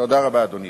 תודה רבה, אדוני.